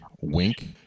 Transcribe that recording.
Wink